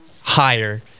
higher